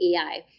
AI